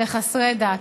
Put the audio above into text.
לחסרי דת.